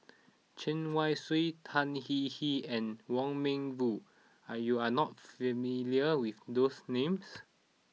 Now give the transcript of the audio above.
Chen Wen Hsi Tan Hwee Hwee and Wong Meng Voon are you are not familiar with those names